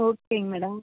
ஓகேங்க மேடம்